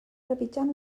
trepitjant